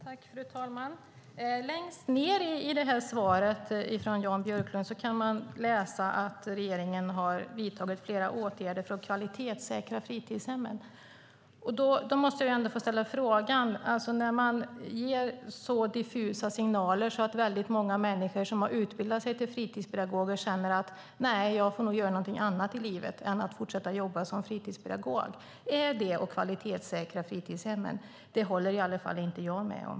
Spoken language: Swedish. Fru talman! Längst ned i interpellationssvaret från Jan Björklund kan man läsa att regeringen har vidtagit flera åtgärder för att kvalitetssäkra fritidshemmen. Då måste jag få ställa en fråga. Är det att kvalitetssäkra fritidshemmen att ge så diffusa signaler att väldigt många människor som har utbildat sig till fritidspedagoger känner att de nog får göra något annat i livet än att fortsätta jobba som fritidspedagog? Det håller i alla fall inte jag med om.